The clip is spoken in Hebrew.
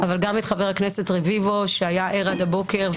אבל גם את חבר הכנסת רביבו שהיה ער עד הבוקר,